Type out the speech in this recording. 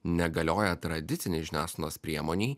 negalioja tradicinei žiniasklaidos priemonei